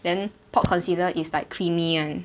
then pot concealer is like creamy and